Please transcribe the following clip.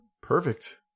perfect